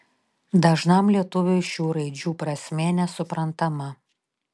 dažnam lietuviui šių raidžių prasmė nesuprantama